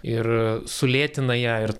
ir sulėtina ją ir